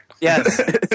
yes